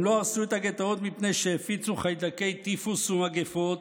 הם לא הרסו את הגטאות מפני שהפיצו חיידקי טיפוס ומגפות,